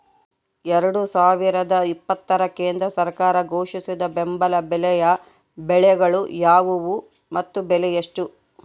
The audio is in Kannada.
ಎರಡು ಸಾವಿರದ ಇಪ್ಪತ್ತರ ಕೇಂದ್ರ ಸರ್ಕಾರ ಘೋಷಿಸಿದ ಬೆಂಬಲ ಬೆಲೆಯ ಬೆಳೆಗಳು ಯಾವುವು ಮತ್ತು ಬೆಲೆ ಎಷ್ಟು?